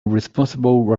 responsible